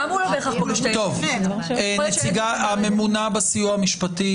גם הוא לא בהכרח פוגש --- הממונה בסיוע המשפטי,